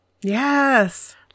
Yes